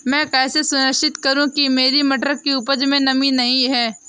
मैं कैसे सुनिश्चित करूँ की मटर की उपज में नमी नहीं है?